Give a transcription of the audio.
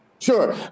Sure